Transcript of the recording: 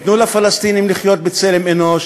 תנו לפלסטינים לחיות בצלם אנוש,